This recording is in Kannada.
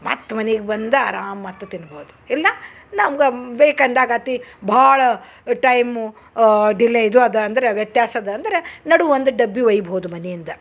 ಮತ್ತೆ ಮನಿಗೆ ಬಂದ ಆರಾಮು ಮತ್ತೆ ತಿನ್ಬೋದು ಇಲ್ಲ ನಮ್ಗ ಬೇಕಂದಾಗ ಅತಿ ಭಾಳ ಟೈಮು ಡಿಲೆ ಇದು ಅದ ಅಂದ್ರ ವ್ಯತ್ಯಾಸ ಅದ ಅಂದ್ರ ನಡು ಒಂದು ಡಬ್ಬಿ ವಯ್ಬೋದು ಮನೆಯಿಂದ